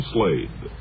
Slade